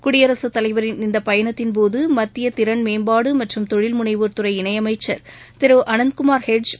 குடியரசுதலைவரின் இந்தபயணத்தின் போதுமத்தியதிறன் மேம்பாடுமற்றும் தொழில் முனைவோர் துறை இணையமைச்சர் திருஅனந்த்குமார் வெறட்ஜ்